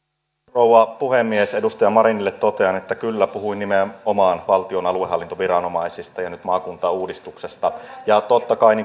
rouva puhemies edustaja marinille totean että kyllä puhuin nimenomaan valtion aluehallintoviranomaisista ja nyt maakuntauudistuksesta totta kai